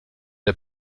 der